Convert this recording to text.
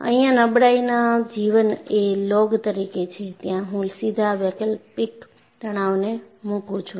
અહીંયાં નબળાઈના જીવન એ લોગ તરીકે છે ત્યાં હું સીધા વૈકલ્પિક તણાવને મૂકું છું